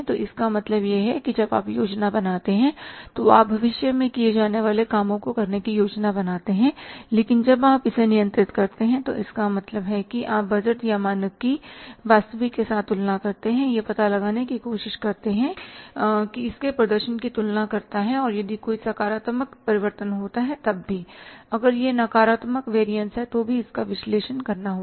तो इसका मतलब यह है कि जब आप योजना बनाते हैं तो आप भविष्य में किए जाने वाले कामों को करने की योजना बनाते हैं लेकिन जब आप इसे नियंत्रित करते हैं तो इसका मतलब है कि आप बजट या मानक की वास्तविक के साथ तुलना करते हैं यह पता लगाने की कोशिश करते हैं इसके प्रदर्शन की तुलना करता है और यदि कोई सकारात्मक परिवर्तन होता है तब भी और अगर यह नकारात्मक वेरियसहै तो भी इसका विश्लेषण करना होगा